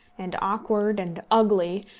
and awkward, and ugly,